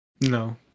No